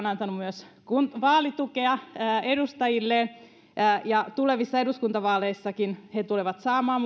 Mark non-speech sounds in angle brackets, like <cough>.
<unintelligible> antanut myös vaalitukea edustajille ja tulevissa eduskuntavaaleissakin tulevat saamaan <unintelligible>